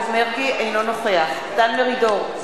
אינו נוכח דן מרידור,